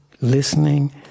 listening